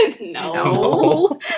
No